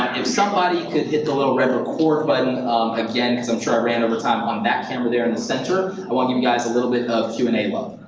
if somebody could hit the little red record button again, because i'm sure i ran overtime on that camera there in the center. i wanna give you guys a little bit of q and a love.